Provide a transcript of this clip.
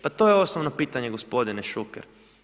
Pa to je osnovno pitanje gospodine Šuker.